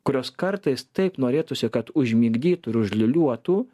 kurios kartais taip norėtųsi kad užmigdytų ir užliūliuotų